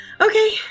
Okay